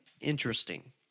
interesting